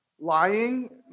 lying